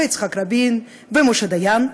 יצחק רבין ומשה דיין,